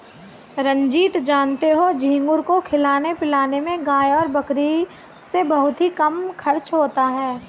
रंजीत जानते हो झींगुर को खिलाने पिलाने में गाय और बकरी से बहुत ही कम खर्च होता है